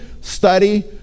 study